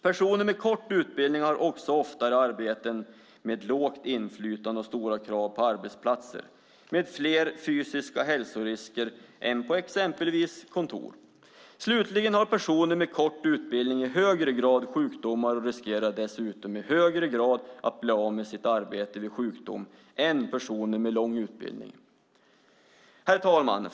Personer med kort utbildning har oftare arbeten med lågt inflytande och stora krav på arbetsplatser med fler fysiska hälsorisker än personer på exempelvis kontor. Slutligen har personer med kort utbildning i högre grad sjukdomar och riskerar dessutom i högre grad att bli av med sitt arbete vid sjukdom än personer med lång utbildning. Herr talman!